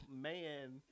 man